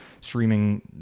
streaming